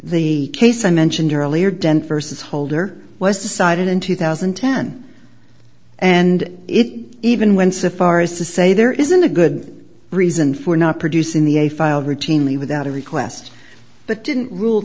the case i mentioned earlier dent versus holder was decided in two thousand and ten and it even when so far as to say there isn't a good reason for not producing the a file routinely without a request but didn't rule